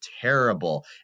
terrible